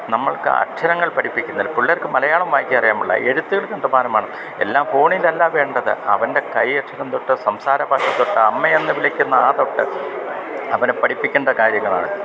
നമ്മൾക്ക് അക്ഷരങ്ങൾ പഠിപ്പിക്കുന്നില്ല പിള്ളേർക്ക് മലയാളം വായിക്കാൻ അറിയാമ്പാടില്ല എഴുത്തുകൾ കണ്ടമാനമാണ് എല്ലാം ഫോണിലല്ല വേണ്ടത് അവൻ്റെ കയ്യക്ഷരംതൊട്ട് സംസാരഭാഷ തൊട്ട് അമ്മേയെന്ന് വിളിക്കുന്ന ആ തൊട്ട് അവന് പഠിപ്പിക്കേണ്ട കാര്യങ്ങളാണ്